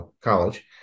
College